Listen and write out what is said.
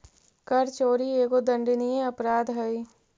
कर चोरी एगो दंडनीय अपराध हई